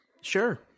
Sure